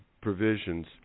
provisions